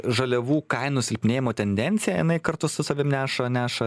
žaliavų kainų silpnėjimo tendencija jinai kartu su savim neša neša